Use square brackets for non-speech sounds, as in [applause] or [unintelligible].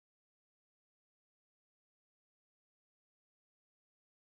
[unintelligible]